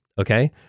okay